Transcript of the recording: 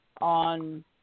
On